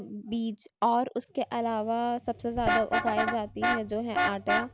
بیج اور اس کے علاوہ سب سے زیادہ اگائی جاتی ہے جو ہے آٹا